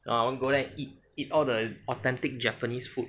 ah I want go there and eat eat all the authentic japanese food